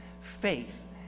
faith